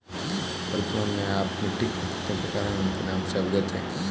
वर्तमान में आप मिट्टी के कितने प्रकारों एवं उनके नाम से अवगत हैं?